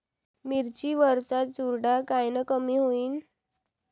मिरची वरचा चुरडा कायनं कमी होईन?